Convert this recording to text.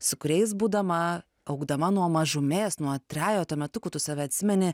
su kuriais būdama augdama nuo mažumės nuo trejeto metukų tu save atsimeni